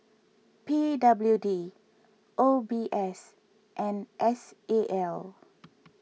P W D O B S and S A L